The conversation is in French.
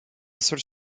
seule